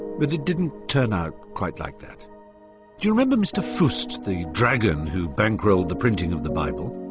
but it didn't turn out quite like that. do you remember mr fust, the dragon who bankrolled the printing of the bible?